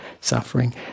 suffering